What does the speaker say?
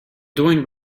doing